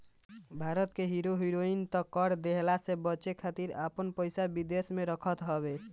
भारत के hero heroine त कर देहला से बचे खातिर आपन पइसा विदेश में रखत हवे